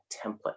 template